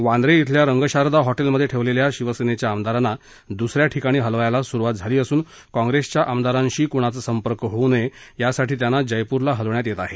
वांद्रे अल्या रंगशारदा हॉटेलमध्ये ठेवलेल्य शिवसेनेच्या आमदारांना दुसऱ्या ठिकाणी हलविण्यास सुरूवात झाली असून कॉप्रेसच्या आमदारांशी कोणाचा संपर्क होवू नये यासाठी त्यांना जयपूरला हलविण्यात येणार आहे